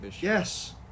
yes